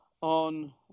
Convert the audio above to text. on